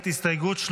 51 בעד, 60 נגד.